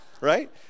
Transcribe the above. right